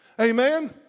Amen